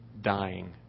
dying